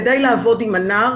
כדי לעבוד עם הנוער,